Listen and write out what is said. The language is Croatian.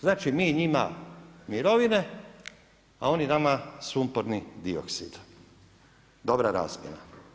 Znači mi njima mirovine, a oni nama sumporni dioksid, dobra razmjena.